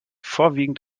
vorwiegend